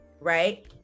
right